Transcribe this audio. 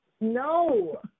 No